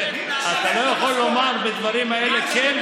אתה לא יכול לומר: בדברים האלה כן,